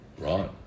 Right